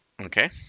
Okay